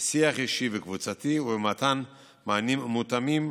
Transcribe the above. ושיח אישי וקבוצתי ובמתן מענים המותאמים